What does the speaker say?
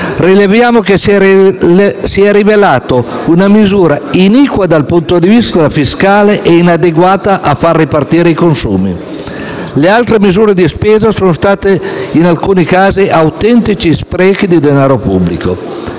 rileviamo che si è rivelata una misura iniqua dal punto di vista fiscale e inadeguata a far ripartire i consumi. Le altre misure di spesa sono state in alcuni casi autentici sprechi di denaro pubblico.